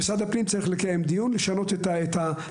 צריך לקיים דיון במשרד הפנים, לשנות את השיטה